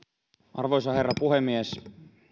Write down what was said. arvoisa herra puhemies